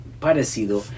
parecido